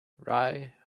rye